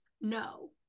No